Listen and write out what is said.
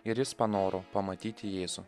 ir jis panoro pamatyti jėzų